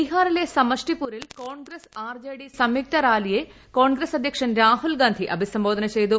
ബീഹാറിലെ സമഷ്ടിപ്പൂരിൽ കോൺഗ്രസ് ആർജെഡി സംയുക്ത റാലിയെ കോൺഗ്രസ് അദ്ധ്യക്ഷൻ രാഹുൽഗാന്ധി അഭിസംബോധന ചെയ്തു